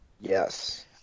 Yes